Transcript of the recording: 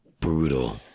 Brutal